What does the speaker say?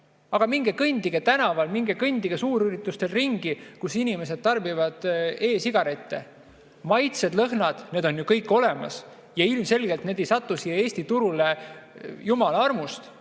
Aga minge kõndige tänaval, minge kõndige suurüritustel ringi, kus inimesed tarbivad e-sigarette – maitsed ja lõhnad on kõik olemas ja ilmselgelt need ei satu Eesti turule jumala armust,